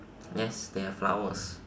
yes there are flowers